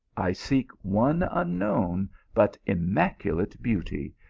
i seek one unknown but immaculate beauty,